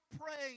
praying